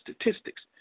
statistics